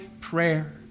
prayer